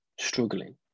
struggling